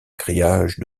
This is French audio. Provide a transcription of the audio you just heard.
grillage